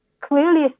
clearly